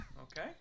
Okay